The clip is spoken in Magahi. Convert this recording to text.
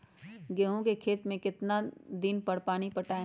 गेंहू के खेत मे कितना कितना दिन पर पानी पटाये?